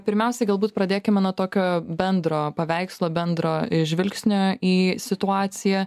pirmiausiai galbūt pradėkime nuo tokio bendro paveikslo bendro žvilgsnio į situaciją